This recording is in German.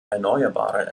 erneuerbare